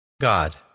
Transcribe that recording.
God